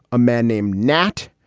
a man named nat.